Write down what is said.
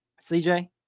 CJ